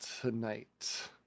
tonight